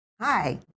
Hi